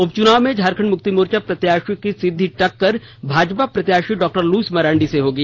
उपचुनाव में झामुर्मो प्रत्याशी की सीधी टक्कर भाजपा प्रत्याशी डॉ लुईस मरांडी से होगी